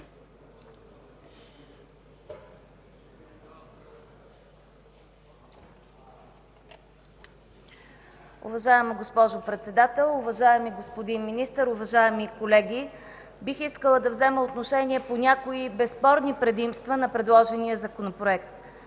Уважаема госпожо Председател, уважаеми господин Министър, уважаеми колеги! Бих искала да взема отношение по някои безспорни предимства на предложения Законопроект.